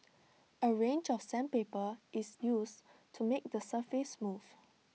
A range of sandpaper is use to make the surface smooth